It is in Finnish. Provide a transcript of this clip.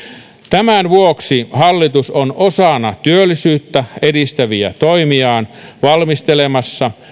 tämän vuoksi hallitus on osana työllisyyttä edistäviä toimiaan valmistelemassa